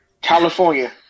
California